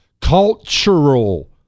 Cultural